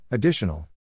Additional